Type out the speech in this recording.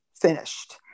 finished